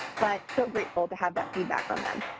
but so grateful to have that feedback from them.